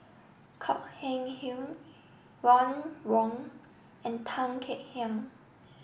Kok Heng Leun Ron Wong and Tan Kek Hiang